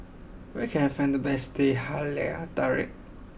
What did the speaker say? where can I find the best Teh Halia Tarik